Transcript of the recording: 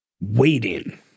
Waiting